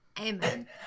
amen